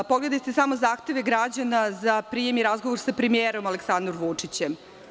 Pogledajte samo zahteve građana za prijem i razgovor sa premijerom Aleksandrom Vučićem.